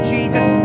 Jesus